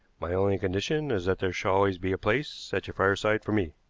my only condition is that there shall always be a place at your fireside for me.